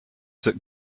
that